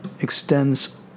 extends